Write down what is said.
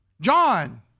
John